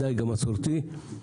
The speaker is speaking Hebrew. הדיג המסורתי.